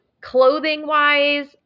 clothing-wise